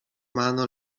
mano